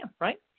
right